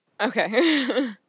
okay